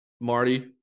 Marty